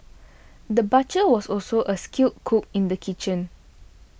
the butcher was also a skilled cook in the kitchen